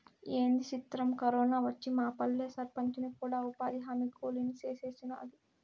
ఏంది సిత్రం, కరోనా వచ్చి మాపల్లె సర్పంచిని కూడా ఉపాధిహామీ కూలీని సేసినాది